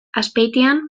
azpeitian